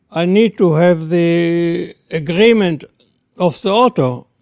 i need to have the agreement of sort of